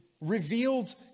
Revealed